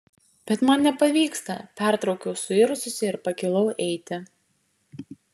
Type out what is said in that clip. bet man nepavyksta pertraukiau suirzusi ir pakilau eiti